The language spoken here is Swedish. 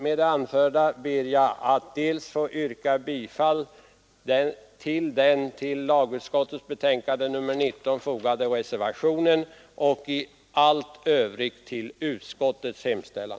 Med det anförda ber jag att få yrka bifall till den vid lagutskottets betänkande nr 19 fogade reservationen. I allt övrigt yrkar jag bifall till utskottets hemställan.